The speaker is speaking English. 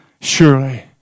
Surely